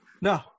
no